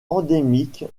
endémique